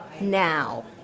Now